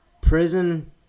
prison